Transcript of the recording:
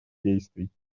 действий